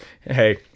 Hey